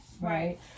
Right